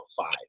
five